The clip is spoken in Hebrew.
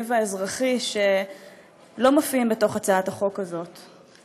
והאזרחי שלא מופיעים בתוך הצעת החוק הזאת,